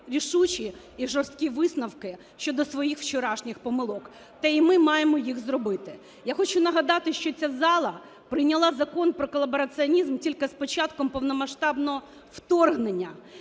рішучі і жорсткі висновки щодо своїх вчорашніх помилок, та і ми маємо їх зробити. Я хочу нагадати, що ця зала прийняла Закон про колабораціонізм тільки з початком повномасштабного вторгнення.